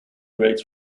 rates